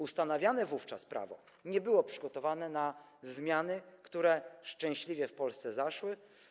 Ustanawiane wówczas prawo nie było przygotowane na zmiany, które szczęśliwie w Polsce zaszły.